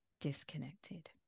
disconnected